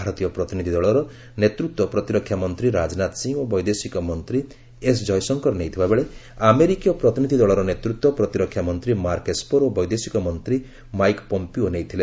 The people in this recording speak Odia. ଭାରତୀୟ ପ୍ରତିନିଧି ଦଳର ନେତୃତ୍ୱ ପ୍ରତିରକ୍ଷା ମନ୍ତ୍ରୀ ରାଜନାଥ ସିଂହ ଓ ବୈଦେଶିକ ମନ୍ତ୍ରୀ ଏସ୍ ଜୟଶଙ୍କର ନେଇଥିବା ବେଳେ ଆମେରିକୀୟ ପ୍ରତିନିଧି ଦଳର ନେତୃତ୍ୱ ପ୍ରତିରକ୍ଷା ମନ୍ତ୍ରୀ ମାର୍କ ଏସ୍ପର୍ ଓ ବୈଦେଶିକ ମନ୍ତ୍ରୀ ମାଇକ୍ ପମ୍ପିଓ ନେଇଥିଲେ